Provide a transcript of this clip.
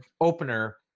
opener